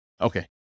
Okay